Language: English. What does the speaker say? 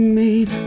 made